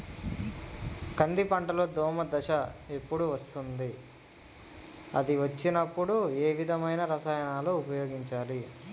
కంది పంటలో దోమ దశ ఎప్పుడు వస్తుంది అది వచ్చినప్పుడు ఏ విధమైన రసాయనాలు ఉపయోగించాలి?